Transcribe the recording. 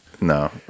No